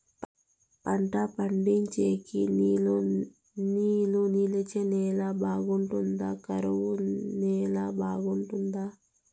పంట పండించేకి నీళ్లు నిలిచే నేల బాగుంటుందా? కరువు నేల బాగుంటుందా?